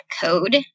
code